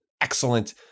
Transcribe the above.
excellent